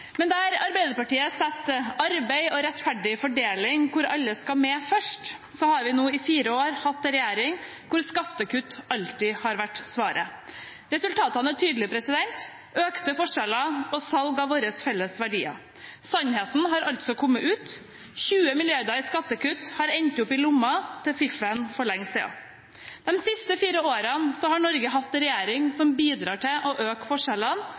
Men der Arbeiderpartiet setter arbeid og rettferdig fordeling, hvor alle skal med, først, har vi nå i fire år hatt en regjering hvor skattekutt alltid har vært svaret. Resultatene er tydelige: økte forskjeller og salg av våre felles verdier. Sannheten har altså kommet ut: 20 mrd. kr i skattekutt har endt opp i lommene til fiffen for lenge siden. De siste fire årene har Norge hatt en regjering som bidrar til å øke forskjellene